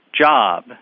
job